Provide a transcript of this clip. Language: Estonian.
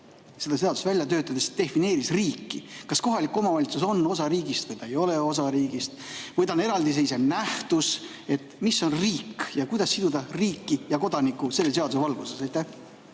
seda seadust välja töötades defineeris riiki? Kas kohalik omavalitsus on osa riigist või ta ei ole osa riigist või ta on eraldiseisev nähtus? Mis on riik ja kuidas siduda riiki ja kodanikku selle seaduse valguses?